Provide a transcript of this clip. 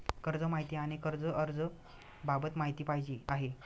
कर्ज माहिती आणि कर्ज अर्ज बाबत माहिती पाहिजे आहे